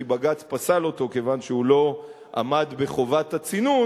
כי בג"ץ פסל אותו כיוון שהוא לא עמד בחובת הצינון,